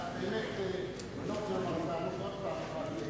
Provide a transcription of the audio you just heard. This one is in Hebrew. אני לא רוצה לומר עוד פעם,